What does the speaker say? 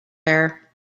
there